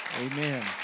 Amen